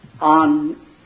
on